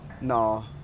No